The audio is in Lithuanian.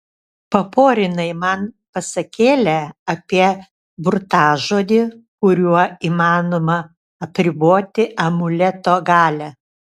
paporinai man pasakėlę apie burtažodį kuriuo įmanoma apriboti amuleto galią